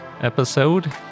episode